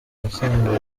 wasangaga